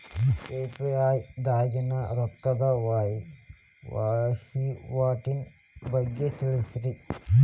UPI ದಾಗಿನ ರೊಕ್ಕದ ವಹಿವಾಟಿನ ಬಗ್ಗೆ ತಿಳಸ್ರಿ